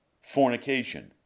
fornication